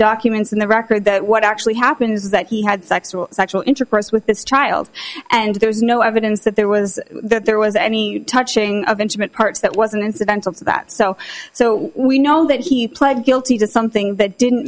documents in the record that what actually happens is that he had sex or sexual intercourse with this child and there was no evidence that there was there was any touching of intimate parts that wasn't incidental to that so so we know that he pled guilty to something that didn't